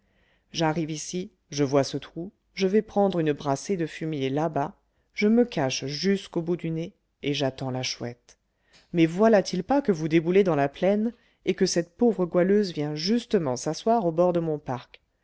j'arrive ici je vois ce trou je vais prendre une brassée de fumier là-bas je me cache jusqu'au bout du nez et j'attends la chouette mais voilà-t-il pas que vous déboulez dans la plaine et que cette pauvre goualeuse vient justement s'asseoir au bord de mon parc